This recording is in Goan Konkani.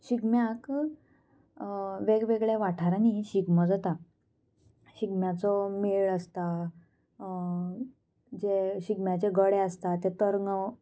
शिगम्याक वेगवेगळ्या वाठारांनी शिगमो जाता शिगम्याचो मेळ आसता जे शिगम्याचे गडे आसता ते तरंगां